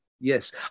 Yes